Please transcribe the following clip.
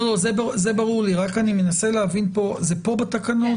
זה ברור לי רק אני מנסה להבין, זה פה בתקנות?